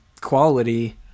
quality